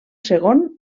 segon